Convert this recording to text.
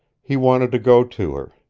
he wanted to go to her.